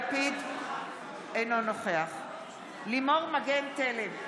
אינו נוכח לימור מגן תלם,